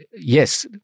yes